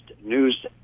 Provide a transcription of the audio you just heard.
news